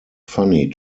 funny